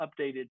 updated